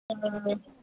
ਹਾਂ